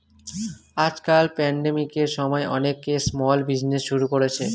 আজকাল প্যান্ডেমিকের সময়ে অনেকে স্মল বিজনেজ শুরু করেছে